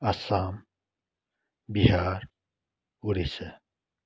Assam Bihar Odisha